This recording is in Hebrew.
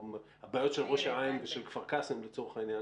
הבעיות של ראש העין ושל כפר קאסם לצורך העניין,